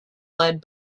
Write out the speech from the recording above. led